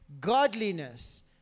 godliness